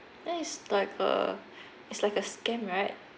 that is like a is like a scam right